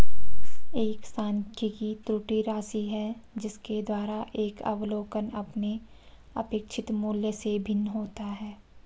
एक सांख्यिकी त्रुटि राशि है जिसके द्वारा एक अवलोकन अपने अपेक्षित मूल्य से भिन्न होता है